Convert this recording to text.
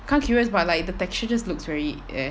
kind curious but like the texture just looks very eh